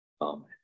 Amen